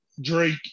Drake